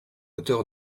auteur